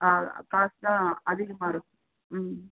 ஆ காசுதான் அதிகமாக இருக்கும் ம்